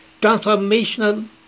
transformational